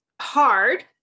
hard